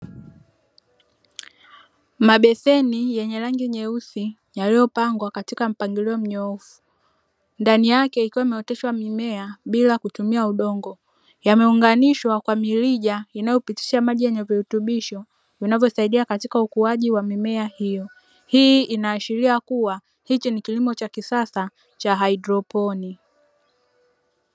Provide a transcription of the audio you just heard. Mabeseni yenye rangi nyeusi yaliyopangwa katika mpangilio mnyoofu, ndani yake ikiwa imeoteshwa mime bila kutumia udongo, yameunganishwa kwa mirija inayopitisha maji yenye virutubisho vinavyosaidia katika ukuaji wa mimea hiyo, hii inaashiria kuwa hicho ni kilimo cha kisasa cha haidroponi.